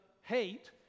hate